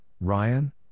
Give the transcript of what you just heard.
Ryan